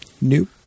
Nope